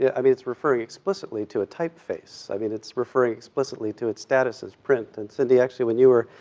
yeah i mean, it's referring explicitly to a typeface, i mean, it's referring explicitly to its status as print. and cindy, actually, when you were,